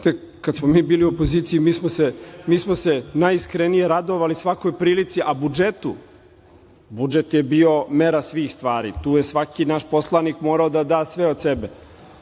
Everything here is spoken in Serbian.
kad smo mi bili u opoziciji mi smo se najiskrenije radovali svakoj prilici, a budžetu, budžet je bio mera svih stvari. Tu je svaki naš poslanik morao da da sve od sebe.